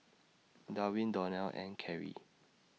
Darwin Donell and Keri